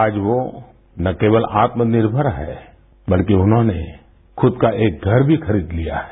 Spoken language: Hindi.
आज वो ना केवल आत्मनिर्मर है बल्कि उन्होंने ख़द का एक घर भी खरीद लिया है